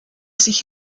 sich